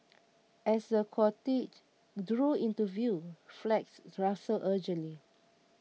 as the cortege drew into view flags rustled urgently